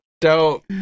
dope